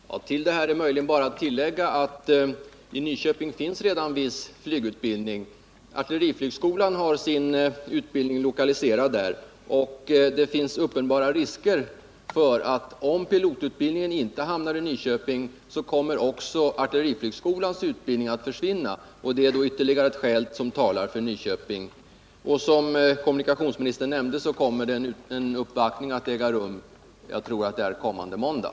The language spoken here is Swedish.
Herr talman! Till detta är möjligen bara att tillägga att det redan finns viss flygutbildning i Nyköping. Artilleriflygskolan har sin utbildning lokaliserad dit, och det finns uppenbara risker för att artilleriflygskolans utbildning kommer att försvinna om pilotutbildningen inte hamnar i Nyköping. Det är alltså ytterligare ett skäl som talar för Nyköping. Som kommunikationsministern nämnde kommer en uppvaktning snart att äga rum — jag tror att det blir kommande måndag.